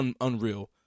unreal